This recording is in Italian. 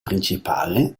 principale